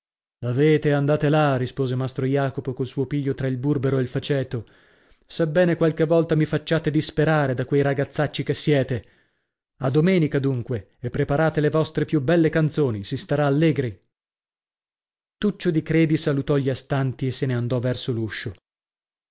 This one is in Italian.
andate là rispose mastro jacopo col suo piglio tra il burbero e il faceto sebbene qualche volta mi facciate disperare da quei ragazzacci che siete a domenica dunque e preparate le vostre più belle canzoni si starà allegri tuccio di credi salutò gli astanti e se ne andò verso l'uscio